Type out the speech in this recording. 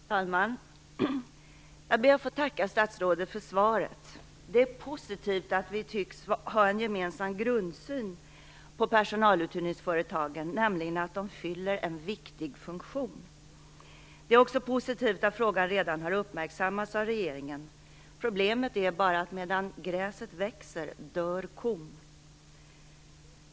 Fru talman! Jag ber att får tacka statsrådet för svaret. Det är positivt att vi tycks ha en gemensam grundsyn på personaluthyrningsföretagen, nämligen att de fyller en viktig funktion. Det är också positivt att frågan redan har uppmärksammats av regeringen. Problemet är bara att medan gräset gror dör kon.